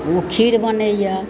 ओ खीर बनैया